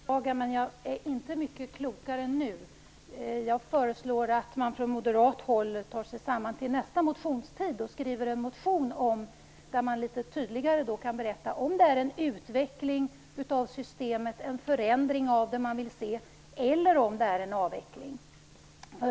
Fru talman! Jag beklagar, men jag är inte mycket klokare nu. Jag föreslår att man från moderat håll tar sig samman till nästa motionstid och skriver en motion där man litet tydligare kan redogöra för om det är en utveckling och en förändring av systemet som man vill se eller om det är en avveckling.